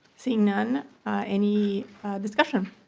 seeing none any discussion?